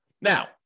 Now